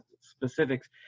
specifics